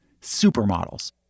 Supermodels